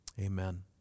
Amen